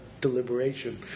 deliberation